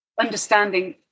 understanding